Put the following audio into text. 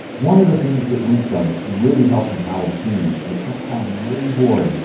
one of the things that we've done that's really helped empower the teams and it's going to sound really boring,